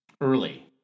early